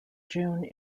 june